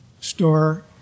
store